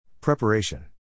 Preparation